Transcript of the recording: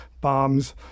bombs